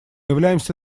являемся